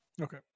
Okay